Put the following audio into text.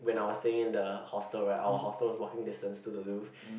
when I was staying in the hostel right our hostel is walking distance to the Louvre